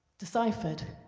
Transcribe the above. deciphered.